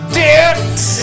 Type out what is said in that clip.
dicks